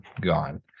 gone